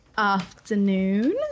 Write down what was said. afternoon